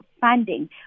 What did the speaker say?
funding